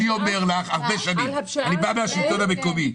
אני בא מהשלטון המקומי.